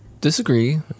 disagree